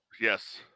Yes